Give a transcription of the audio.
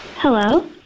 Hello